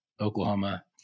Oklahoma